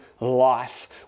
life